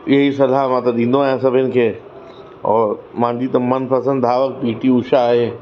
इहा ई सलाहु मां त ॾींदो आहियां सभिनि खे और मुंहिंजी त मनपसंदि धावक पीटी ऊषा आहे